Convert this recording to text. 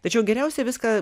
tačiau geriausia viską